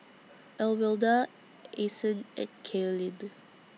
Alwilda Ason and Cailyn